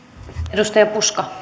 arvoisa